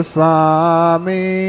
Swami